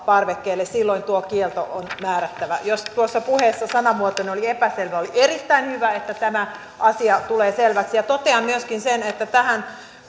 parvekkeelle silloin tuo kielto on määrättävä jos tuossa puheessa sanamuotoni oli epäselvä oli erittäin hyvä että tämä asia tulee selväksi totean myöskin sen että tähän